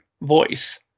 voice